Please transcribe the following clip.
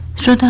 should